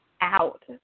out